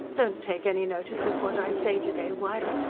don't take any notice of what i say to-day, wife.